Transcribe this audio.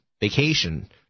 vacation